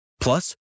Plus